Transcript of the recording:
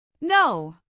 No